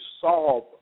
solve